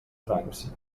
francs